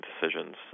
decisions